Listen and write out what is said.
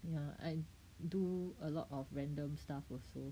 ya I do a lot of random stuff also